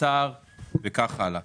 לשר וכך הלאה.